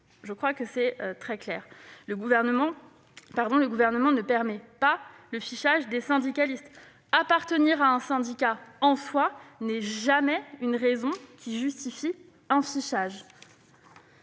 de ces données sensibles. Le Gouvernement ne permet pas le fichage des syndicalistes. Appartenir à un syndicat n'est jamais une raison justifiant un fichage.